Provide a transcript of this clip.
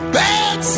bad